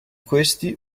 questi